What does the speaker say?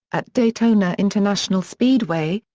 at daytona international speedway,